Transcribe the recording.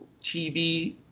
TV